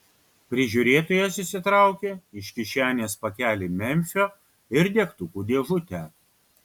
prižiūrėtojas išsitraukė iš kišenės pakelį memfio ir degtukų dėžutę